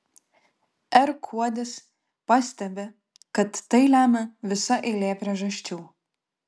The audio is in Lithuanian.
r kuodis pastebi kad tai lemia visa eilė priežasčių